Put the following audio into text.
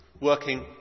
working